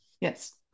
yes